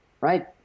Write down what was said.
right